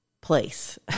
place